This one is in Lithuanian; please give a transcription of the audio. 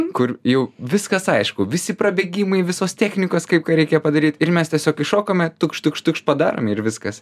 kur jau viskas aišku visi prabėgimai visos technikos kaip ką reikia padaryt ir mes tiesiog įšokome tukšt tukšt tukš padarome ir viskas